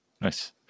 Nice